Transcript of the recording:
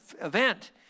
event